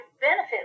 benefit